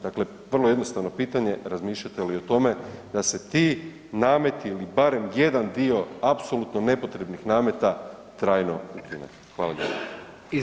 Dakle, vrlo jednostavno pitanje razmišljate li o tome da se ti nameti ili barem jedan dio apsolutno nepotrebnih nameta trajno ukine?